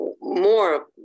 more